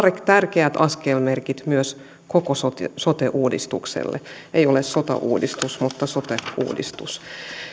tärkeät askelmerkit myös koko sote uudistukselle ei ole sota uudistus mutta sote uudistus